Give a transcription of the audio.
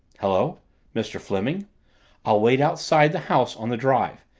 hello mr. fleming i'll wait outside the house on the drive.